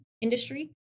industry